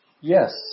yes